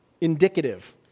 indicative